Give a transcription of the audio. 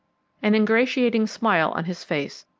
an ingratiating smile on his face,